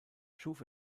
schuf